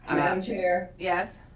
madam chair. yes.